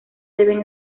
deben